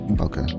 Okay